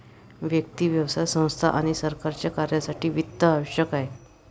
व्यक्ती, व्यवसाय संस्था आणि सरकारच्या कार्यासाठी वित्त आवश्यक आहे